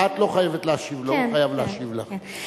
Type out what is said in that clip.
את לא חייבת להשיב לו, הוא חייב להשיב לך.